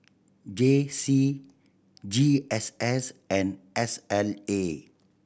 J C G S S and S L A